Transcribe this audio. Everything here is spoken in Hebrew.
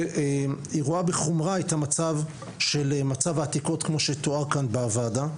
והיא רואה בחומרה את המצב של העתיקות כמו שתואר כאן בוועדה.